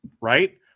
right